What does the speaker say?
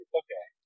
okay